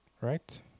right